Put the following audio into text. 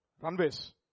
runways